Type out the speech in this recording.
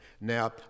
Now